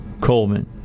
Coleman